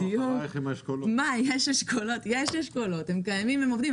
יש אשכולות, הם קיימים ועובדים.